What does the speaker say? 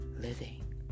Living